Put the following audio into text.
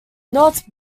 not